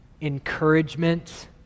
encouragement